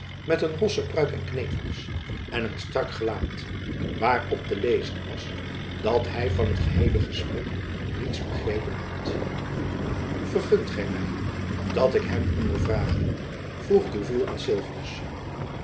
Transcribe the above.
met een rosse pruik en knevels en een strak gelaat waarop te lezen was dat hy van het geheele gesprek niets begrepen had vergunt gy my dat ik hem ondervrage vroeg gourville aan